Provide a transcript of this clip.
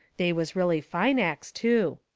they was really fine acts, too.